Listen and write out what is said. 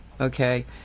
Okay